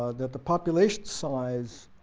that the population size